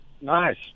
Nice